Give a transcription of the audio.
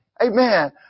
Amen